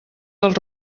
del